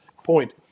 point